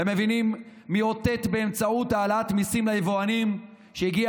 הם מבינים מי אותת באמצעות העלאת מיסים ליבואנים שהגיע